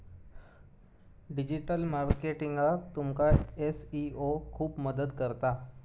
digital मार्केटिंगाक तुमका SEO खूप मदत करता